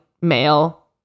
male